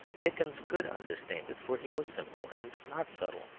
dickens could understand it, for he was simple and not subtle.